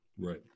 Right